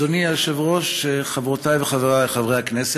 אדוני היושב-ראש, חברותיי וחבריי חברי הכנסת,